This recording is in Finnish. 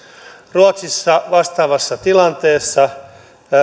ruotsissa vastaavassa tilanteessa